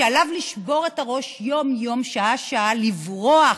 ועליו לשבור את הראש יום-יום, שעה-שעה, לברוח,